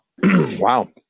Wow